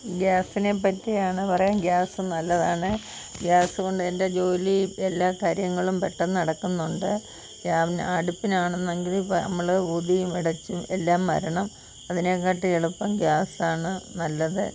ഗ്യാസിനെ പറ്റിയാണ് പറയാൻ ഗ്യാസ് നല്ലതാണ് ഗ്യാസുകൊണ്ട് എൻ്റെ ജോലി എല്ലാകാര്യങ്ങളും പെട്ടെന്ന് നടക്കുന്നുണ്ട് അടുപ്പിലാണ് എന്നെങ്കിൽ നമ്മൾ ഊതിയും അടച്ചും എല്ലാം വരണം അതിനേക്കാട്ടി എളുപ്പം ഗ്യാസാണ് നല്ലത്